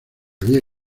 había